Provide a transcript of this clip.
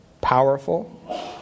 powerful